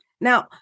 Now